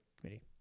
committee